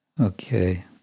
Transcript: Okay